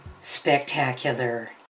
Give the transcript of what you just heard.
spectacular